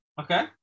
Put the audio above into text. Okay